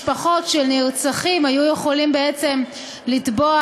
משפחות של נרצחים היו יכולות בעצם לתבוע